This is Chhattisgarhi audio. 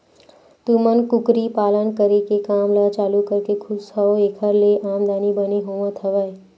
तुमन कुकरी पालन करे के काम ल चालू करके खुस हव ऐखर ले आमदानी बने होवत हवय?